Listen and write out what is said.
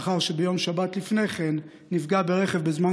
לאחר שביום שבת לפני כן נפגע מרכב בזמן